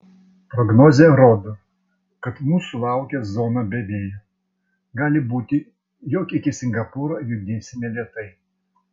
prognozė rodo kad mūsų laukia zona be vėjo gali būti jog iki singapūro judėsime lėtai